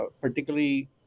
particularly